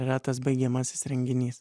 retas baigiamasis renginys